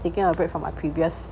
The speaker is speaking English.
taking a break from my previous